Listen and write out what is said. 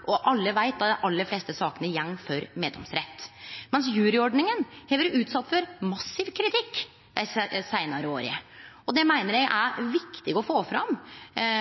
og alle veit at dei aller fleste sakene går for meddomsrett. Juryordninga har derimot vore utsett for massiv kritikk dei seinare åra, og det meiner eg er viktig å få fram –